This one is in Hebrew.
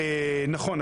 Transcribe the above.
נכון.